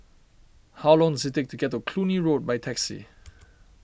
how long it's take to get to Cluny Road by taxi